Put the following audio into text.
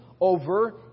over